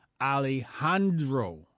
Alejandro